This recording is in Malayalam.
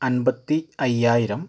അൻപത്തി അയ്യായിരം